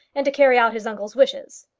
and to carry out his uncle's wishes.